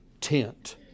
tent